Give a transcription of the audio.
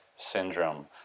Syndrome